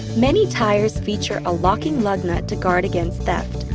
many tires feature a locking lug nut to guard against theft.